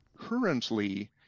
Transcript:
currently